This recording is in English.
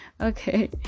Okay